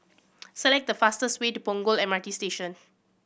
select the fastest way to Punggol M R T Station